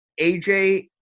AJ